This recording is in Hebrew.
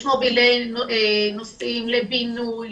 יש מובילי נושאים לבינוי,